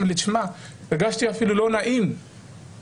הוא אמר לי: הרגשתי אפילו לא נעים לנהל